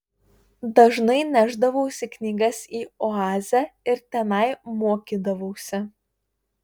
dažnai nešdavausi knygas į oazę ir tenai mokydavausi